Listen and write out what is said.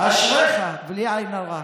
אשריך, בלי עין הרע.